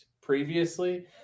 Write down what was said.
previously